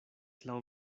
laŭ